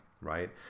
right